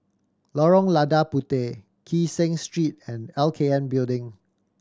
Lorong Lada Puteh Kee Seng Street and L K N Building